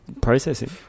processing